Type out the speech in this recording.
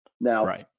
Now